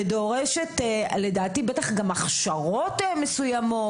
ודורשת לדעתי גם בטח הכשרות מסוימות,